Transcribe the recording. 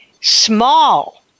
small